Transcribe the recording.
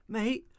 Mate